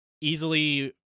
easily